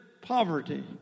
poverty